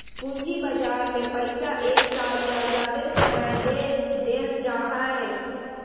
पूंजी बजार में पैसा एक साल या ज्यादे समय ले देल जाय हइ